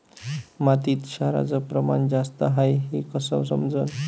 मातीत क्षाराचं प्रमान जास्त हाये हे कस समजन?